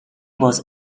was